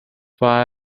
war